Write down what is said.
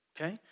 Okay